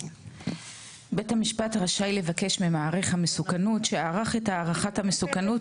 (ג)בית המשפט רשאי לבקש ממעריך המסוכנות שערך את הערכת המסוכנות,